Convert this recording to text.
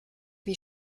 wie